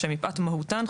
שמפאת מהותן,